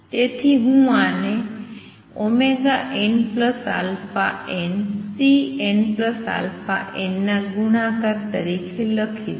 તેથી હું આને nαnCnαn ના ગુણાકાર તરીકે લખીશ